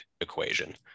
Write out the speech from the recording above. equation